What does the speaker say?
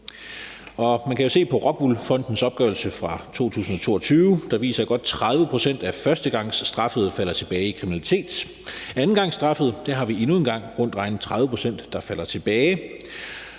udfaldet. ROCKWOOL Fondens opgørelse fra 2022 viser, at godt 30 pct. af førstegangsstraffede falder tilbage i kriminalitet. Blandt andengangsstraffede er det endnu en gang rundt regnet 30 pct., der falder tilbage,